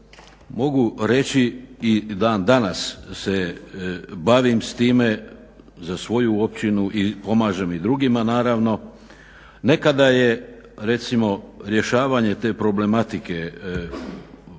mogu reći i dan danas se bavim s time za svoju općinu i pomažem i drugima naravno. Nekada je recimo rješavanje te problematike,